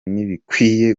ntibikwiye